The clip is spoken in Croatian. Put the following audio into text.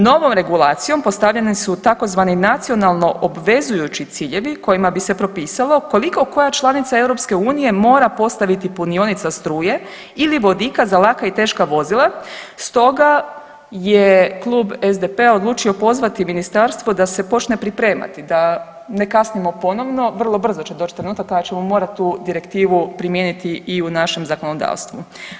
Novom regulacijom postavljene su tzv. nacionalno obvezujući ciljevi kojima bi se propisalo koliko koja članica EU mora postaviti punionica struje ili vodika za laka i teška vozila stoga je Klub SDP-a odlučio pozvati ministarstvo da se počne pripremati, da ne kasnimo ponovno, vrlo brzo će doći trenutak kada ćemo morati tu direktivu primijeniti i u našem zakonodavstvu.